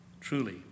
Truly